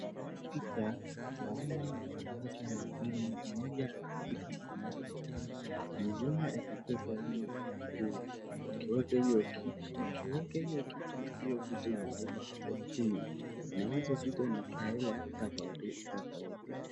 Hii picha naona wanawake wawili, mmoja ameweka mkono yake chini mwingine akiweka juu, wakiweka hio kitu *2 , hio kitu ikiwekwa hapo chini, na hio kitu ni ya aina tofauti tofauti.